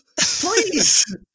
Please